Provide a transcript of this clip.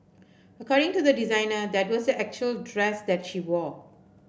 according to the designer that was the actual dress that she wore